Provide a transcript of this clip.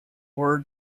were